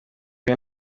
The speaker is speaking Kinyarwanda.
byo